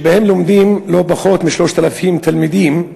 שבהם לומדים לא פחות מ-3,000 תלמידים,